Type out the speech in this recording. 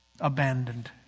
abandoned